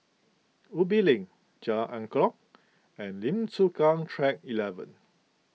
Ubi Link Jalan Angklong and Lim Chu Kang Track eleven